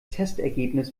testergebnis